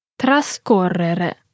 trascorrere